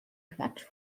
quatsch